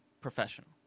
professional